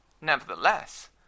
Nevertheless